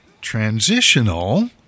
transitional